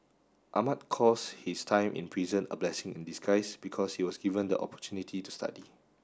Ahmad calls his time in prison a blessing in disguise because he was given the opportunity to study